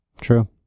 True